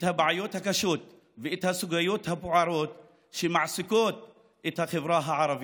את הבעיות הקשות ואת הסוגיות הבוערות שמעסיקות את החברה הערבית,